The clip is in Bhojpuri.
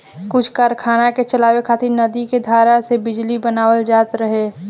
कुछ कारखाना के चलावे खातिर नदी के धारा से बिजली बनावल जात रहे